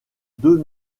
deux